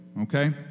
okay